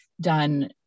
done